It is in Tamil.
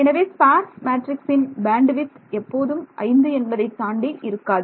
எனவே ஸ்பார்ஸ் மேட்ரிக்ஸ் இன் பேண்ட் வித் எப்போதும் 5 என்பதைத் தாண்டி இருக்காது